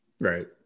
Right